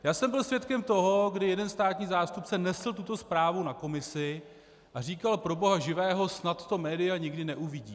Já jsem byl svědkem toho, kdy jeden státní zástupce nesl tuto zprávu na komisi a říkal: pro boha živého, snad to média nikdy neuvidí.